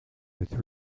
with